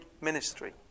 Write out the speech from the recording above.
ministry